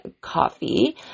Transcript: coffee